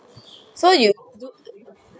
so you do